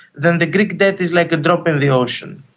then the greek debt is like a drop in the ocean.